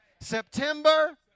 September